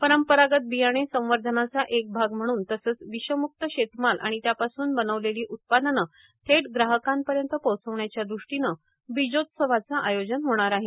परंपरागत बियाणे संवर्धनाचा एक भाग म्हणून तसंच विषम्क्त शेतमाल आणि त्यापासून बनवलेली उत्पादनं थेट ग्राहकांपर्यंत पोहचवण्याच्या दृष्टीनं बीजोत्सवाचं आयोजन होणार आहे